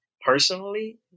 personally